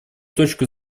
точку